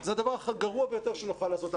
זה הדבר הגרוע ביותר שנוכל לעשות.